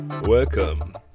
Welcome